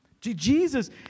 Jesus